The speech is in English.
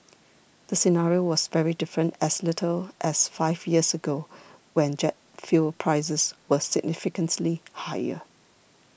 the scenario was very different as little as five years ago when jet fuel prices were significantly higher